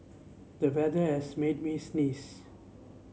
the weather as made me sneeze